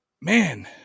man